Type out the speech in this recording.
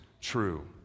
true